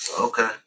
Okay